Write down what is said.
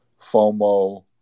FOMO